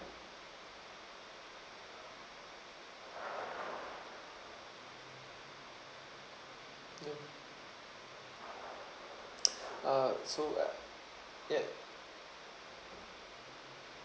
ya uh so ya